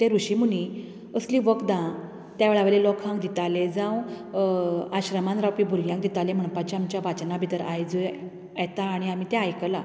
ते ऋशी मुनी असली वखदां त्या वेळावयल्या लोकांक दिताले जावं आश्रमांत रावपी भुरग्यांक दिताले म्हणपाचे आमचे वाचना भितर आयजय येता आनी आमी तें आयकलां